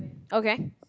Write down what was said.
okay